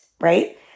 right